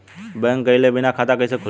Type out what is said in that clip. Bank गइले बिना खाता कईसे खुली?